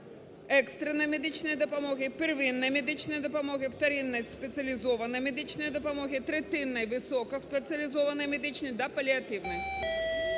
екстреної медичної допомоги, первинної медичної допомоги, вторинної спеціалізованої медичної допомоги, третинної і високоспеціалізованої медичної та паліативної…